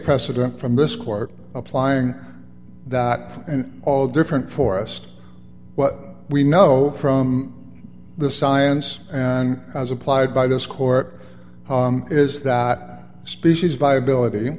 precedent from this court applying that and all different for us what we know from the science and as applied by this court is that species viability